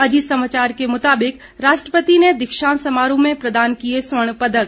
अजीत समाचार के मुताबिक राष्ट्रपति ने दीक्षांत समारोह में प्रदान किए स्वर्ण पदक